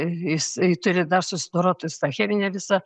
jis turi dar susidoroti su ta chemine visa